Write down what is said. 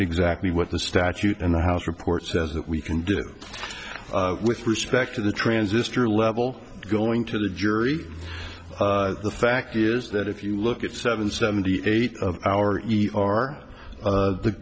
exactly what the statute in the house report says that we can do with respect to the transistor level going to the jury the fact is that if you look at seven seventy eight of our our